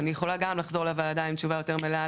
אני יכולה לחזור לוועדה עם תשובה מלאה